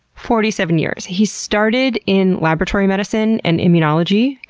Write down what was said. forty seven years. he started in laboratory medicine and immunology.